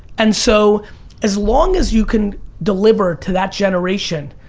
and so as long as you can deliver to that generation,